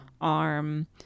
arm